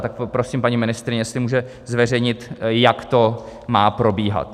Tak poprosím paní ministryni, jestli může zveřejnit, jak to má probíhat.